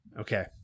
Okay